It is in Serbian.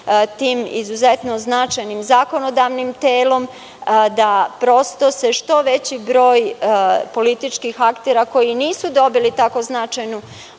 tim izuzetno značajnim zakonodavnim telom, da se što veći broj političkih aktera koji nisu dobili tako značajnu podršku